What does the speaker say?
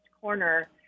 corner